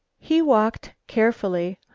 he walked carefully,